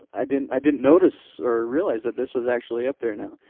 i didn't i didn't notice or realize that this was actually up there now,